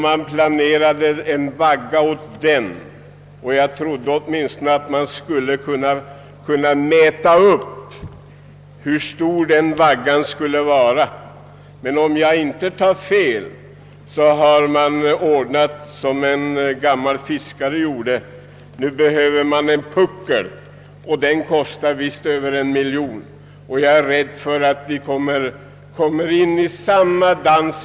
Man planerade en vagga åt det, och jag trodde att man åtminstone skulle kunna mäta upp hur stor den vaggan behövde vara, men om jag inte tar fel så har man ordnat det för sig som en gammal fiskare gjorde; nu behöver man en puckel och den kostar visst över en miljon. Jag är rädd för att vi kommer in i samma dans.